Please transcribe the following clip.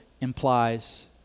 implies